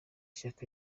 shyaka